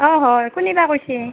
অঁ হয় কোনে বা কৈছে